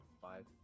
five